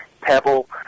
Pebble